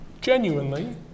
genuinely